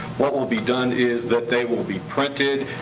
what will be done is that they will be printed.